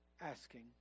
asking